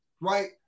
right